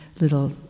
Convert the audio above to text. little